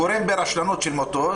הגורם ברשלנות למותו,